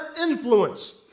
influence